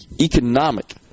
economic